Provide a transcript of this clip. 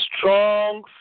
strong